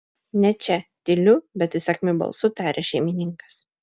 ne čia tyliu bet įsakmiu balsu taria šeimininkas